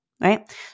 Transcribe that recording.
right